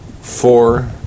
four